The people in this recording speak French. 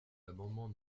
l’amendement